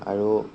আৰু